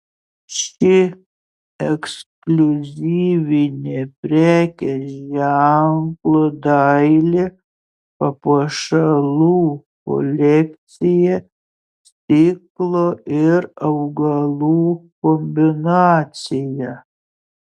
ši ekskliuzyvinė prekės ženklo daili papuošalų kolekcija stiklo ir augalų kombinacija